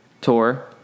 tour